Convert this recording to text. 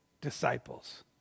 disciples